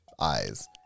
Eyes